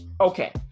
Okay